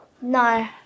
No